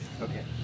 Okay